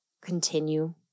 continue